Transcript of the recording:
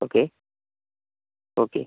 okay okay